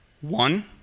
one